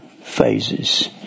phases